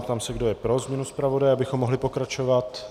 Ptám se, kdo je pro změnu zpravodaje, abychom mohli pokračovat.